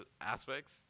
aspects